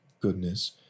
goodness